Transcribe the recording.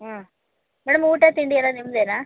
ಹಾಂ ಮೇಡಮ್ ಊಟ ತಿಂಡಿಯೆಲ್ಲ ನಿಮ್ಮದೇನಾ